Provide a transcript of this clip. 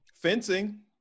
Fencing